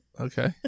Okay